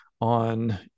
on